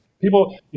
People